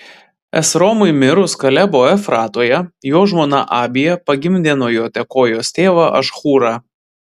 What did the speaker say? esromui mirus kalebo efratoje jo žmona abija pagimdė nuo jo tekojos tėvą ašhūrą